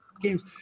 games